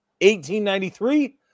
1893